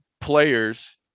players